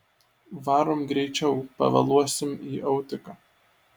varom greičiau pavėluosim į autiką